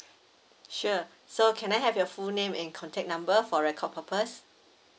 sure so can I have your full name and contact number for record purpose